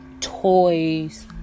toys